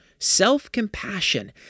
Self-compassion